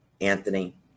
Anthony